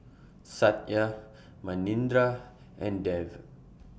Satya Manindra and Dev